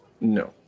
No